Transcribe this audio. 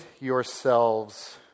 yourselves